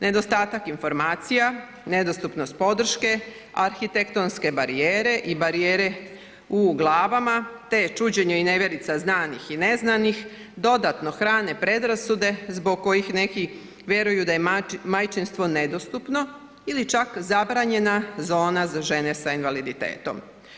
Nedostatak informacija, nedostupnost podrške, arhitektonske barijere i barijere u glavama te čuđenje i nevjerica znanih i neznanih dodatno hrane predrasude zbog kojih neki vjeruju da je majčinstvo nedostupno ili čak zabranjena zona za žene sa invaliditetom.